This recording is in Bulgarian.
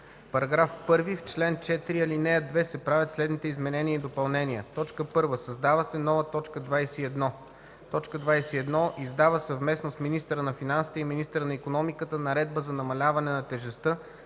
§ 1: „§ 1. В чл. 4, ал. 2 се правят следните изменения и допълнения: 1. Създава се нова т. 21: „21. издава съвместно с министъра на финансите и министъра на икономиката наредба за намаляване на тежестта,